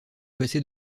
passer